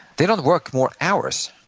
they don't work more hours,